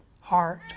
Heart